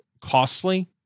costly